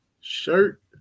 shirt